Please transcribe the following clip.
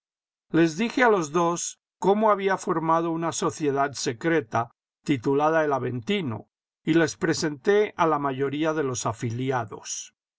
les dije a los dos cómo había formado una sociedad secreta titulada el aventino y les presenté a la mayoría de los afiliados